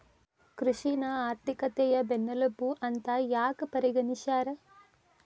ಕೃಷಿನ ಆರ್ಥಿಕತೆಯ ಬೆನ್ನೆಲುಬು ಅಂತ ಯಾಕ ಪರಿಗಣಿಸ್ಯಾರ?